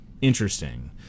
interesting